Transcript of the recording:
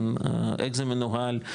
איך זה מנוהל,